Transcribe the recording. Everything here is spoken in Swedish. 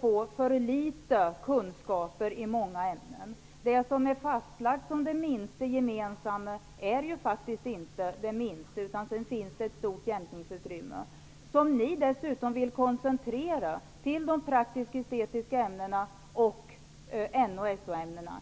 får för dåliga kunskaper i flera ämnen. Det som är fastlagt som det minsta gemensamma är faktiskt inte det minsta, utan det finns ett stort jämkningsutrymme. Ni vill dessutom koncentrera detta till de praktiskestetiska ämnena och NO--SO-ämnena.